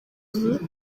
nti